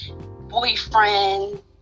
boyfriend